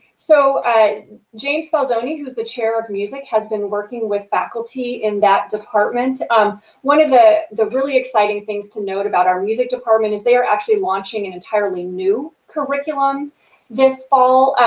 so james falzone, who's the chair of music, has been working with faculty in that department. um one of the the really exciting things to note about our music department is they are actually launching an entirely new curriculum this fall.